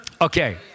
Okay